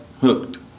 hooked